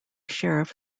sheriff